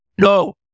No